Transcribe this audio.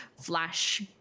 flash